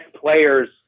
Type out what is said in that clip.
players